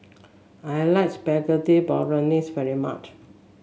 I like Spaghetti Bolognese very much